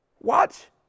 watch